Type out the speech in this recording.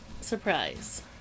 surprise